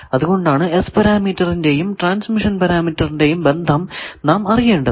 അതുകൊണ്ടാണ് S പരാമീറ്ററിന്റെയും transmission പാരാമീറ്ററിന്റെയും ബന്ധം നാം അറിയേണ്ടത്